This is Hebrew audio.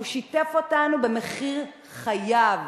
הוא שיתף אותנו במחיר חייו,